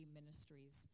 ministries